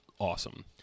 awesome